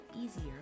easier